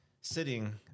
sitting